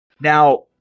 Now